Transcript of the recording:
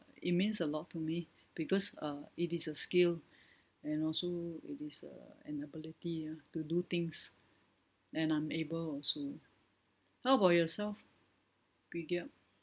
it means a lot to me because uh it is a skill and also it is err an ability uh to do things and I'm able also how about yourself wee geok